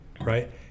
Right